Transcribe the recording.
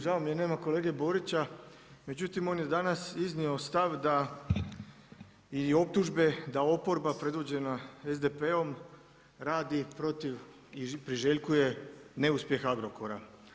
Žao mi je nema kolege Borića, međutim on je danas iznio stav da i optužbe da oporba predvođena SDP-om radi protiv i priželjkuje neuspjeh Agrokora.